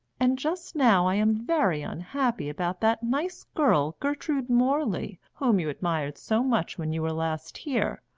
and just now i am very unhappy about that nice girl gertrude morley whom you admired so much when you were last here.